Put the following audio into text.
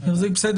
אני חושב שכדאי,